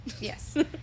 Yes